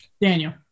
Daniel